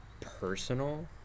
personal